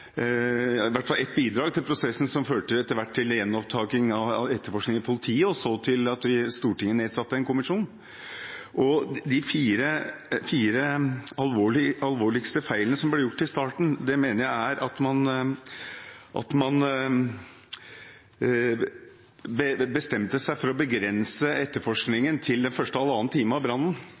hvert fall et bidrag til – prosessen som etter hvert førte til gjenopptaking av etterforskningen i politiet og til at Stortinget nedsatte en kommisjon. En av de fire alvorligste feilene som ble gjort i starten, mener jeg var at man bestemte seg for å begrense etterforskningen til den første halvannen time av brannen